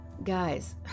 Guys